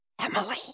Emily